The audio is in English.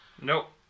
Nope